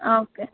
okay